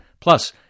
Plus